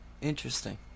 Interesting